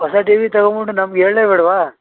ಹೊಸ T V ತಗೊಂಬಿಟ್ ನಮ್ಗೆ ಹೇಳಲೇ ಬೇಡವಾ